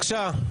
בבקשה.